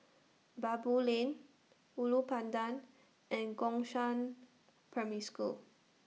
Baboo Lane Ulu Pandan and Gongshang Primary School